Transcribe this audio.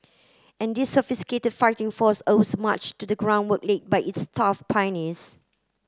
and this sophisticated fighting force owes much to the groundwork laid by its tough pioneers